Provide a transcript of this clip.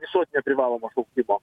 visuotinio privalomo šaukimo